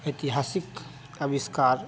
ऐतिहासिक आविष्कार